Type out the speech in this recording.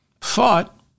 fought